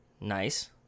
Nice